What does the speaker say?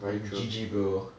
G_G bro